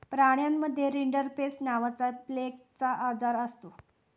प्राण्यांमध्ये रिंडरपेस्ट नावाचा प्लेगचा आजारही असतो